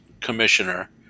Commissioner